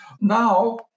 Now